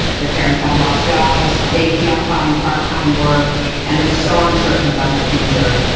their parents have lost jobs, they can't find part-time work and they're so uncertain about the future.